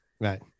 Right